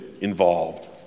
involved